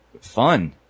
fun